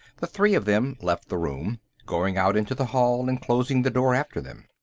the three of them left the room, going out into the hall and closing the door after them.